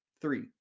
three